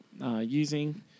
using